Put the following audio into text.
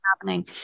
happening